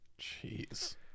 Jeez